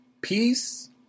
Peace